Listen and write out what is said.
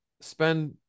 spend